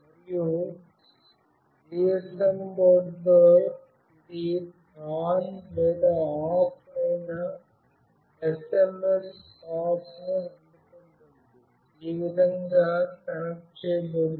మరియు GSM బోర్డుతో ఇది ఆన్ లేదా ఆఫ్ అయిన SMS ను అందుకుంటుంది ఈ విధంగా కనెక్ట్ చేయబడుతుంది